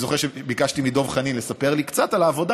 אני זוכר שביקשתי מדב חנין לספר לי קצת על העבודה.